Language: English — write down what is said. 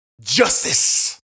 justice